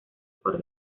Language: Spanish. por